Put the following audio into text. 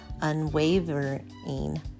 unwavering